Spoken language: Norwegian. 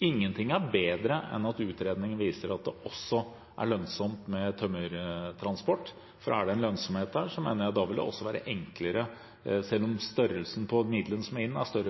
er bedre enn om utredningen viser at det også er lønnsomt med tømmertransport. Er det lønnsomhet i det, mener jeg det også vil være enklere – selv om størrelsen på midlene som må inn, økes –